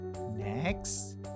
Next